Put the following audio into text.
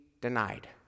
denied